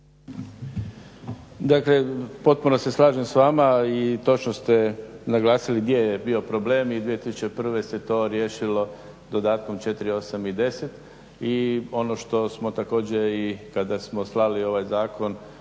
Dakle, potpuno se slažem s vama i točno ste naglasili gdje je bio problem. I 2001. se to riješilo dodatkom 4, 8 i 10. I ono što smo također i kada smo slali ovaj zakon